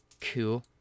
Cool